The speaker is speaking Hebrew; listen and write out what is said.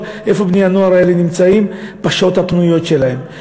איפה בני-הנוער האלה נמצאים בשעות הפנויות שלהם.